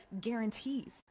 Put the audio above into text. guarantees